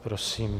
Prosím.